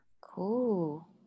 Cool